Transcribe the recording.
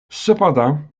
cependant